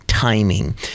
Timing